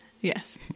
Yes